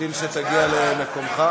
אמתין שתגיע למקומך.